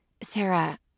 Sarah